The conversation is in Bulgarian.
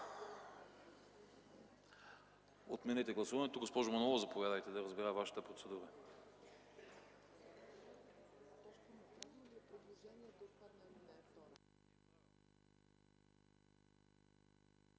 Отменете гласуването! Госпожо Манолова, заповядайте, за да разбера Вашата процедура.